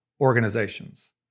organizations